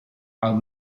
our